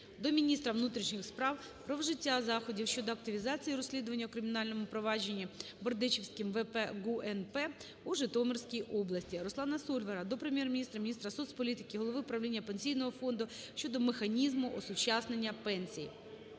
до міністра внутрішніх справ про вжиття заходів щодо активізації розслідування у кримінальному провадженні Бердичівським ВП ГУНП у Житомирській області. РусланаСольвара до Прем'єр-міністра, міністра соцполітики, голови правління Пенсійного фонду щодо механізму осучаснення пенсій.